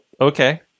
okay